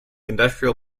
industrial